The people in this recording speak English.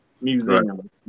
Museum